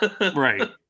Right